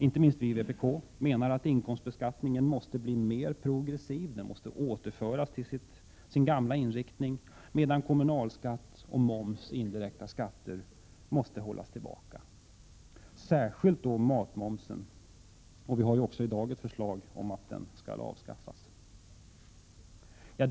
Inte minst vi i vpk menar att inkomstbeskattningen måste bli mer progressiv, den måste återföras till sin gamla inriktning, medan kommunalskatt och moms — indirekta skatter över huvud taget — måste hållas tillbaka. Det gäller särskilt matmomsen; vi har ju också i dag ett förslag om att den skall avskaffas.